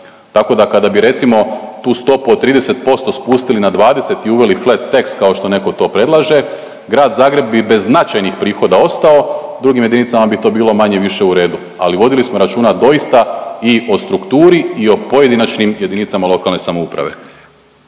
tako da, kada bi recimo tu stopu od 30% spustili na 20 i uveli flat tax kao što netko to predlaže, Grad Zagreb bi bez značajnih prihoda ostao, drugih jedinicama bi to bilo manje-više u redu. Ali vodili smo računa doista i o strukturi i o pojedinačnim jedinicama lokalne samouprave.